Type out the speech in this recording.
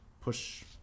push